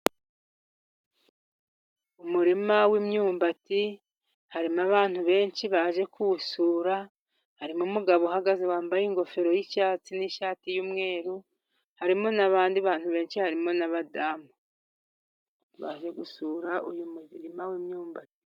Umurima w'imyumbati harimo abantu benshi baje kuwusura, harimo umugabo uhagaze wambaye ingofero y'icyatsi n'ishati y'umweru, harimo n'abandi bantu benshi harimo n'abadamu, baje gusura uyu murima w'imyumbati.